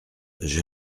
j’ai